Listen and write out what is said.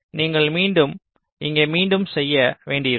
எனவே நீங்கள் மீண்டும் இங்கே மீண்டும் செய்ய வேண்டியிருக்கும்